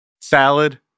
Salad